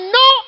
no